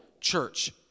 church